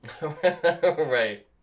right